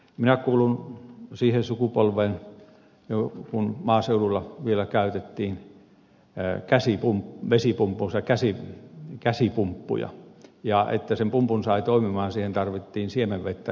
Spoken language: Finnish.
minä kuulun siihen sukupolveen jolloin maaseudulla vielä käytettiin vesipumppuina käsipumppuja ja jotta sen pumpun sai toimimaan siihen tarvittiin siemenvettä eli syöttövettä